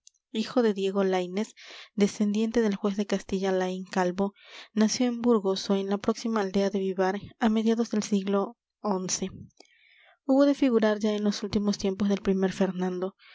hijo de diego laynez descendiente del juez de castilla laín calvo nació en burgos ó en la próxima aldea de vivar á mediados del siglo xi hubo de figurar ya en los últimos tiempos del primer fernando